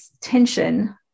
tension